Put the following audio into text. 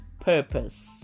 purpose